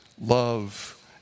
love